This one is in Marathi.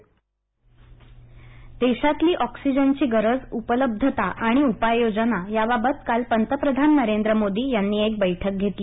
पंतप्रधान ऑक्सिजन बैठक देशातली ऑक्सिजनची गरज उपलब्धता आणि उपाययोजना याबाबत काल पतप्रधान नरेंद्र मोदी यांनी एक बैठक घेतली